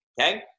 Okay